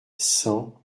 cent